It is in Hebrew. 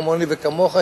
כמוני וכמוך,